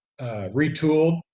retooled